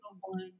one